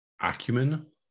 acumen